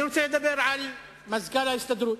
אני רוצה לדבר על מזכ"ל ההסתדרות,